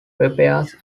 repairs